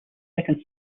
second